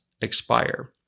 expire